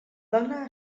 dona